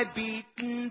beaten